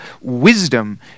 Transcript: wisdom